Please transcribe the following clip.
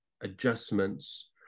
adjustments